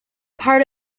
part